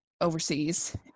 overseas